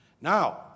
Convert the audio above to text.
Now